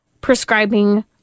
prescribing